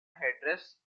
headdress